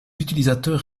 utilisateurs